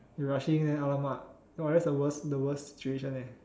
you rushing then !alamak! !wah! that's the worst the worst situation eh